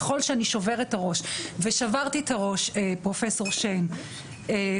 ככל שאני שוברת את הראש, ושברתי את הראש כל הלילה,